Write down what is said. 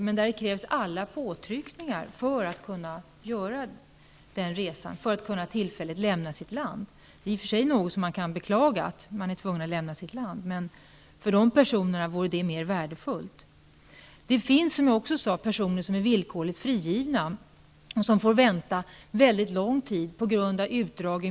Men det har krävts påtryckningar för att de skulle få en möjlighet att göra den resan och tillfälligt lämna sitt land. Det är i och för sig något att beklaga att de är tvungna att lämna sitt land, men för dessa personer vore det mycket värdefullt. Det finns också personer som är villkorligt frigivna och som pga.